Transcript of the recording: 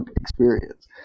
experience